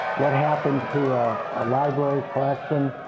what happened to a library collection.